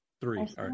Three